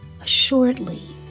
assuredly